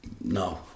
no